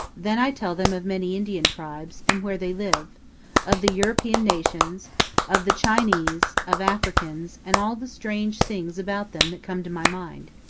then i tell them of many indian tribes, and where they live of the european nations of the chinese, of africans, and all the strange things about them that come to my mind.